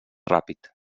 ràpid